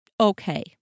Okay